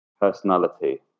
personality